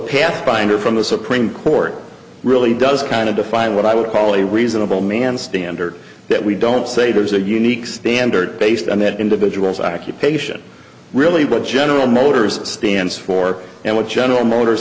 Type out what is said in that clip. pathfinder from the supreme court really does kind of define what i would call a reasonable man standard that we don't say there's a unique standard based on that individual's accusation really what general motors stands for and what general motors